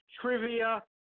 Trivia